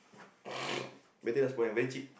better than sportslink very cheap